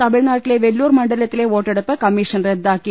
തമിഴ്നാ ട്ടിലെ വെല്ലൂർ മണ്ഡലത്തിലെ വോട്ടെടുപ്പ് കമ്മീഷൻ റദ്ദാക്കി